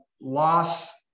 loss